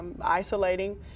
isolating